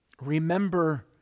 Remember